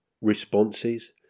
responses